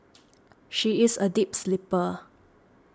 she is a deep sleeper